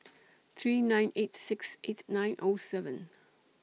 three nine eight six eight nine O seven